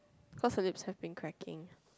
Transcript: cause her lips happens cracking